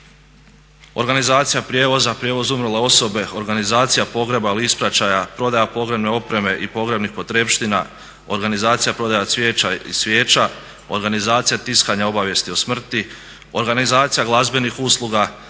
organizacija prijevoza, prijevoz umrle osobe, organizacija pogreba ili ispraćaja, prodaja pogrebne opreme i pogrebnih potrepština, organizacija i prodaja cvijeća i svijeća, organizacija tiskanja obavijesti o smrti, organizacija glazbenih usluga,